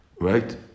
Right